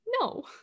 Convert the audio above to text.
No